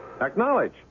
Acknowledge